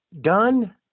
Done